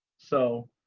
so,